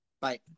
Bye